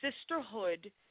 sisterhood